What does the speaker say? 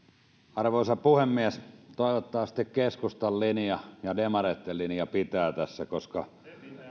arvoisa puhemies toivottavasti keskustan linja ja ja demareitten linja pitää tässä koska